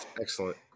Excellent